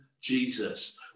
Jesus